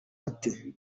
ate